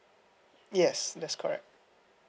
yes that's correct